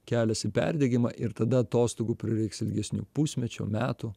kelias į perdegimą ir tada atostogų prireiks ilgesnių pusmečio metų